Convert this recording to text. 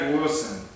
Wilson